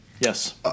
Yes